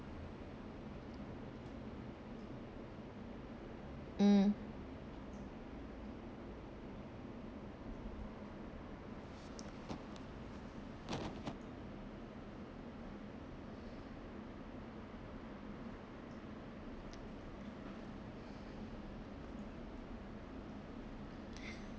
mm